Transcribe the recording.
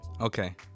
Okay